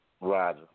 Right